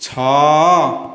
ଛଅ